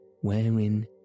wherein